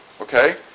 Okay